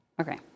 Okay